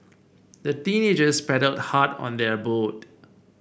the teenagers paddled hard on their boat